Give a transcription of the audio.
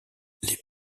les